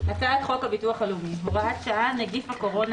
"הצעת חוק הביטוח הלאומי (הוראת שעה נגיף הקורונה